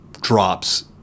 drops